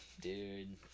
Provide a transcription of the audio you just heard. Dude